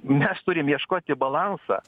mes turim ieškoti balansą